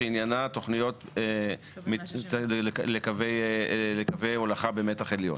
שעניינה תוכניות לקווי הולכה במתח עליון.